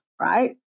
right